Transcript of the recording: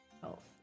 health